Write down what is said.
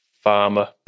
farmer